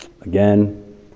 Again